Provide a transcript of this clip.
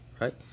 right